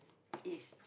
it's